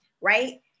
right